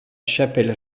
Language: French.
chapelles